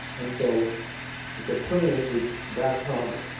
and so we said, come in with that problem.